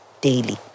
daily